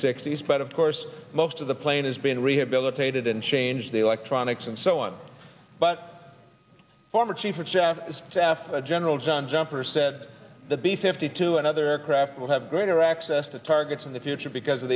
sixty s but of course most of the plane has been rehabilitated and changed the electronics and so on but former chief of staff to africa general john jumper said the b fifty two and other aircraft will have greater access to targets in the future because of